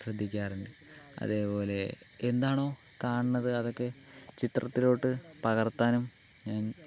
ശ്രദ്ധിക്കാറുണ്ട് അതേപോലെ എന്താണോ കാണണത് അതൊക്കെ ചിത്രത്തിലോട്ട് പകർത്താനും ഞാൻ